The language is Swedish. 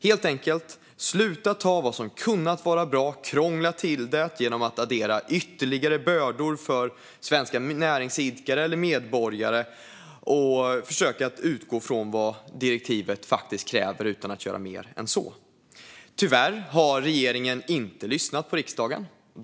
Helt enkelt: Sluta ta vad som hade kunnat vara bra och krångla till det genom att addera ytterligare bördor för svenska näringsidkare eller medborgare! Försök att utgå från vad direktivet faktiskt kräver utan att göra mer än så! Tyvärr har regeringen inte lyssnat på riksdagen.